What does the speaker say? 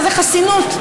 חסינות,